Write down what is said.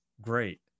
Great